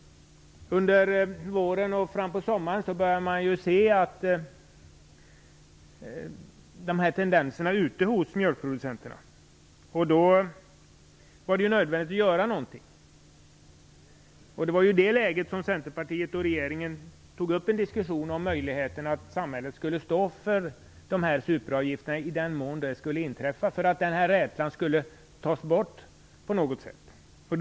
Under våren och fram på sommaren började man se dessa tendenser ute hos mjölkproducenterna. Då var det nödvändigt att göra något. Det var i det läget som Centerpartiet och regeringen tog upp en diskussion om möjligheten att samhället skulle stå för dessa superavgifter i den mån de skulle bli verklighet, så att rädslan bland mjölkproducenterna skulle försvinna.